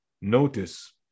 notice